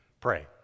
Pray